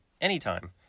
anytime